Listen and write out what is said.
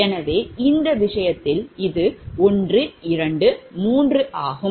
எனவே இந்த விஷயத்தில் இது 1 2 3 ஆகும்